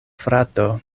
frato